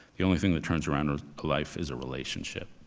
the only thing that turns around a life is a relationship.